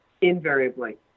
Invariably